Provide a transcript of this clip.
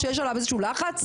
שיש עליו איזשהו לחץ?